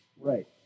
Right